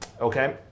okay